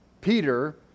Peter